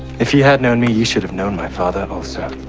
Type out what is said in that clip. if ye had known me, ye should have known my father also.